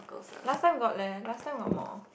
last time got leh last time got more